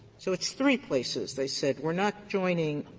so it's three places. they said we're not joining